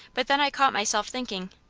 but then i caught myself thinking,